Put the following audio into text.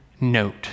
note